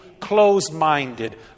closed-minded